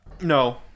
No